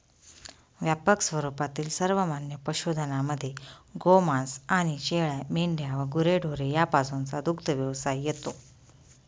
व्यापक स्वरूपातील सर्वमान्य पशुधनामध्ये गोमांस आणि शेळ्या, मेंढ्या व गुरेढोरे यापासूनचा दुग्धव्यवसाय येतो